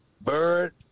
bird